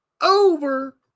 over